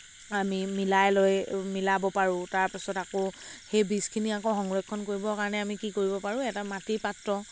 আমি মিলাই লৈ মিলাব পাৰোঁ তাৰপিছত আকৌ সেই বীজখিনি আকৌ সংৰক্ষণ কৰিবৰ কাৰণে আমি কি কৰিব পাৰোঁ এটা মাটিৰ পাত্ৰত